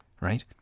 right